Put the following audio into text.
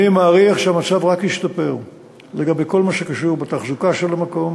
אני מעריך שהמצב רק ישתפר בכל מה שקשור בתחזוקה של המקום,